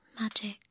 Magic